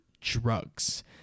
drugs